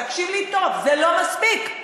תקשיב לי טוב: זה לא מספיק.